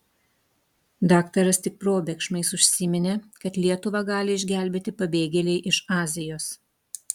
daktaras tik probėgšmais užsiminė kad lietuvą gali išgelbėti pabėgėliai iš azijos